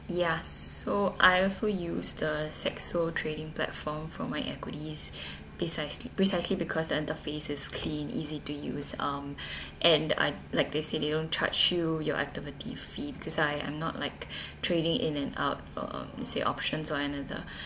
ya so I also use the Saxo trading platform for my equities precis~ precisely because the interface is clean easy to use um and I'd like to say they don't charge you your activity fee because I I am not like trading in and out um easy options or another